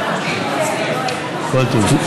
כל טוב.